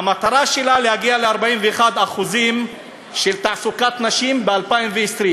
המטרה שלה, להגיע ל-41% בתעסוקת נשים ב-2020.